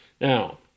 Now